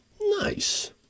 Nice